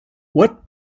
what